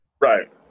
Right